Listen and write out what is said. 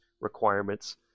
requirements